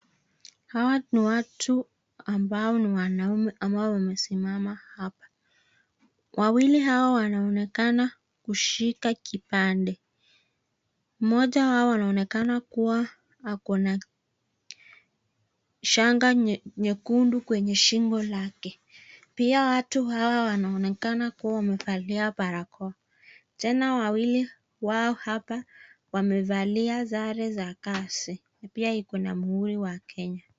Hawa ni watu ambao ni wanaume ambao wamesimama hapa. Wawili hawa wanaonekana kushika kipande. Mmoja wao anaonekana kuwa ako na shanga nyekundu kwenye shingo lake. Pia watu hawa wanaonekana kuwa wamevalia barakoa, tena wawili wao hapa wamevalia sare za kazi, pia iko na muhuri wa Kenya.